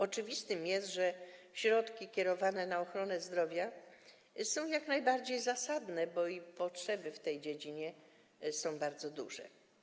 Oczywiste jest, że kierowanie środków na ochronę zdrowia jest jak najbardziej zasadne, bo i potrzeby w tej dziedzinie są bardzo duże.